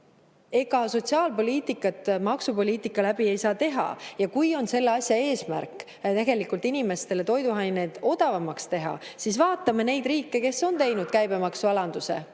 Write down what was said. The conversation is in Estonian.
siis sotsiaalpoliitikat maksupoliitika kaudu teha ei saa. Ja kui selle asja eesmärk on inimestele toiduained odavamaks teha, siis vaatame neid riike, kes on teinud käibemaksualanduse.